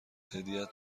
هدیهات